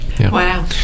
Wow